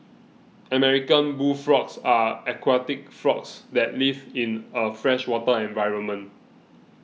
American bullfrogs are aquatic frogs that live in a freshwater environment